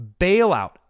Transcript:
bailout